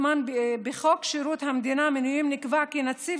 בחוק שירות המדינה (מינויים) נקבע כי נציב